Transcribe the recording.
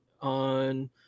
on